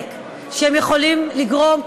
והנזק שהם יכולים לגרום.